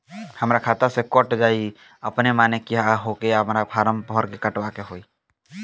हमरा खाता से कट जायी अपने माने की आके हमरा फारम भर के कटवाए के होई?